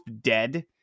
dead